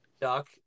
duck